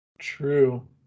True